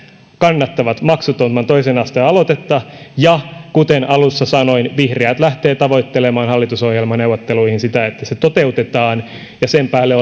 kannattavat maksuttoman toisen asteen koulutuksen aloitetta ja kuten alussa sanoin vihreät lähtevät tavoittelemaan hallitusohjelmaneuvotteluihin sitä että se toteutetaan ja sen päälle